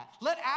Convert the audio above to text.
Let